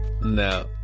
No